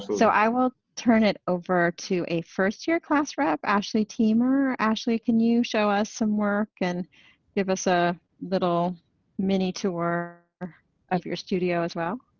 so i will turn it over to a first-year class rep, ashley teemer. ashley, can you show us some work and give us a little mini tour of your studio as well?